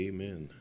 Amen